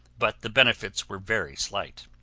but the benefits were very slight.